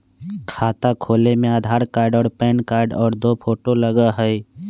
खाता खोले में आधार कार्ड और पेन कार्ड और दो फोटो लगहई?